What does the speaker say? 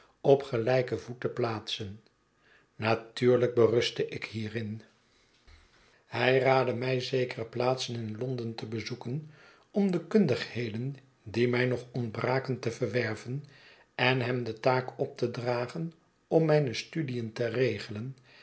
op gelijken voet te plaatsen natuurlijk berustte ik hierin hij raadde mij zekere plaatsen in l o n d e n te bezoeken om de kundigheden die mij nog ontbraken te verwerven en hem de taak op te dragen om mijne studien te regelen